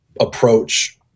approach